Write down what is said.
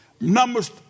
Numbers